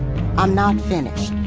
i'm not finished.